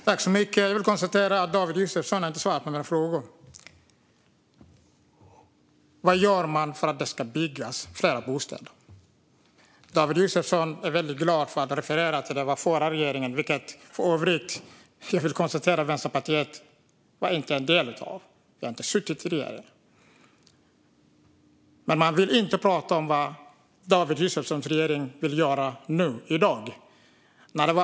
Herr talman! Jag konstaterar att David Josefsson inte svarade på mina frågor om vad man gör för att det ska byggas fler bostäder. David Josefsson är glad över att referera till den förra regeringen, som jag för övrigt kan konstatera att Vänsterpartiet inte var en del av. Vi satt inte i den regeringen. Vad David Josefssons regering vill göra nu, i dag, vill man inte prata om.